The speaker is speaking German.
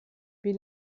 wie